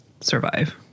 survive